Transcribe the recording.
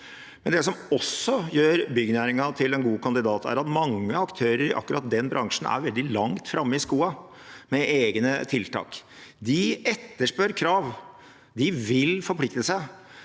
Det som også gjør byggenæringen til en god kandidat, er at mange aktører i akkurat den bransjen er veldig langt framme i skoene med egne tiltak. De etterspør krav, de vil forplikte seg,